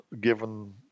given